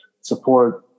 support